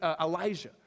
Elijah